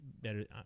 better